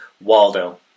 Waldo